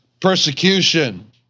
persecution